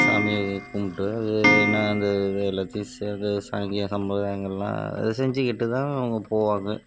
சாமியை கும்பிட்டு அது என்ன அந்த எல்லாத்தையும் சேர்ந்து சாங்கிய சம்ப்ரதாயங்களெலாம் அதை செஞ்சுக்கிட்டு தான் அவங்க போவாங்க